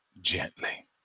gently